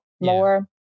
more